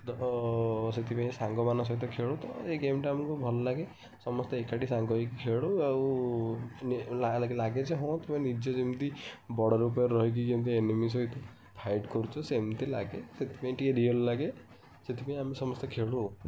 ତ ସେଥିପାଇଁ ସାଙ୍ଗମାନଙ୍କ ସହିତ ଖେଳୁ ତ ଏଇ ଗେମ୍ଟା ଆମକୁ ଭଲ ଲାଗେ ସମସ୍ତେ ଏକାଠି ସାଙ୍ଗ ହେଇକି ଖେଳୁ ଆଉ ଲାଗେ ଯେ ହଁ ତୁମେ ନିଜେ ଯେମିତି ବଡ଼ ଲୋକ ପାଖରେ ରହିକି ଯେମିତି ଏନିମି ସହିତ ଫାଇଟ୍ କରୁଛ ସେମିତି ଲାଗେ ସେଥିପାଇଁ ଟିକେ ରିୟଲ୍ ଲାଗେ ସେଥିପାଇଁ ଆମେ ସମସ୍ତେ ଖେଳୁ ଆଉ